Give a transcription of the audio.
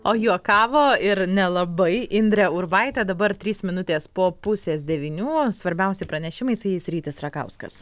o juokavo ir nelabai indrė urbaitė dabar trys minutės po pusės devynių svarbiausi pranešimai su jais rytis rakauskas